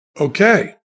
Okay